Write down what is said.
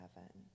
heaven